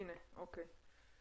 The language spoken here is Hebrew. הינה, אוקיי.